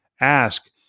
ask